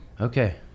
okay